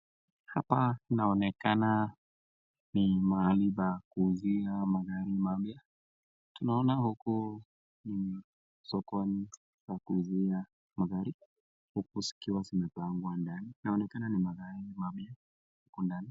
Hapa inaoneka ni mahali pa kuuzia magari mapya. Tunaona huku ni soko ya kuuzia magari, huku zikiwa zimepangwa ndani. Zinaonekana ni magari mapya huku ndani.